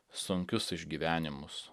sunkius išgyvenimus